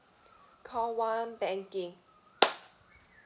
call one banking